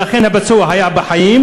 שאכן הפצוע היה בחיים?